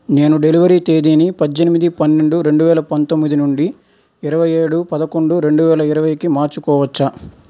నేను డెలివరీ తేదీని పద్దెనిమిది పన్నెండు రెండువేల పంతొమ్మిది నుండి ఇరవైఏడు పదకొండు రెండువేల ఇరవైకి మార్చుకోవచ్చా